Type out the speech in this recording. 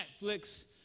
Netflix